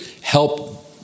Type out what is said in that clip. help